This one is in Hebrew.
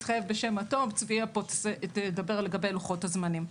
צביה תדבר לגבי לוחות הזמנים.